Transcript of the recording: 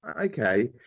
Okay